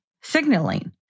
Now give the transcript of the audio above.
signaling